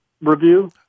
review